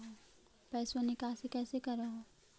पैसवा निकासी कैसे कर हो?